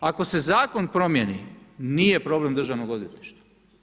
Ako se Zakon promijeni, nije problem državnog odvjetništva.